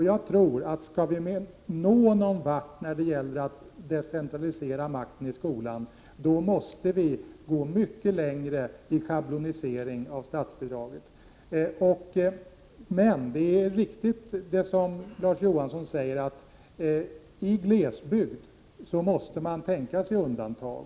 Skall vi nå någon vart när det gäller att centralisera makten i skolan, måste vi gå mycket längre i schablonisering av statsbidragen. Det är emellertid riktigt som Larz Johansson säger att man i glesbygd måste tänka sig undantag.